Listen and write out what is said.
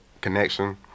connection